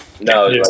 No